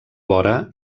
vora